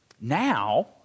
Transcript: Now